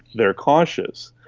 they are cautious.